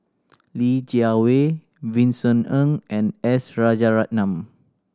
Li Jiawei Vincent Ng and S Rajaratnam